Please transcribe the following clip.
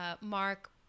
Mark